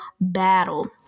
battle